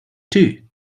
two